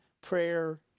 prayer